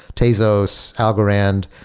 tezos, algorand,